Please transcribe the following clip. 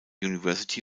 university